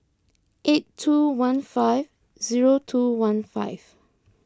eight two one five zero two one five